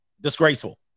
Disgraceful